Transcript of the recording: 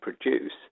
produce